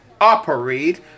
operate